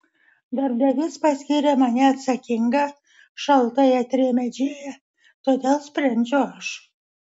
darbdavys paskyrė mane atsakinga šaltai atrėmė džėja todėl sprendžiu aš